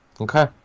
Okay